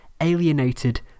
alienated